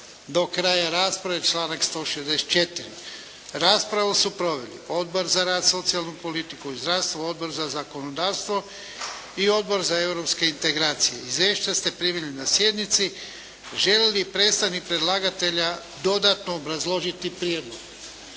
do kraja rasprave, članak 164. Raspravu su proveli Odbor za rad, socijalnu politiku i zdravstvo, Odbor za zakonodavstvo i Odbor za europske integracije. Izvješća ste primili na sjednici. Želi li predstavnik predlagatelja dodatno obrazložiti prijedlog?